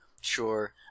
Sure